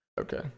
Okay